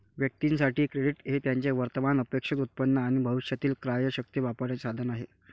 व्यक्तीं साठी, क्रेडिट हे त्यांचे वर्तमान अपेक्षित उत्पन्न आणि भविष्यातील क्रयशक्ती वापरण्याचे साधन आहे